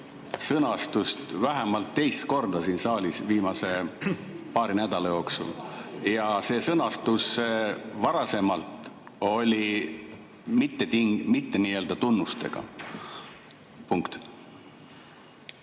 sõnastust vähemalt teist korda siin saalis viimase paari nädala jooksul. Ja see sõnastus varasemalt oli mitte nii‑öelda tunnustega. Punkt.